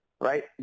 right